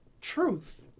truth